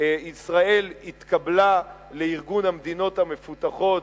ישראל התקבלה לארגון המדינות המפותחות,